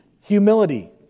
humility